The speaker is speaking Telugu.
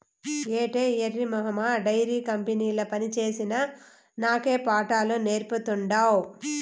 ఏటే ఎర్రి మొహమా డైరీ కంపెనీల పనిచేసిన నాకే పాఠాలు నేర్పతాండావ్